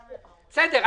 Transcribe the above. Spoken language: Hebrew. בסדר.